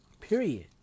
Period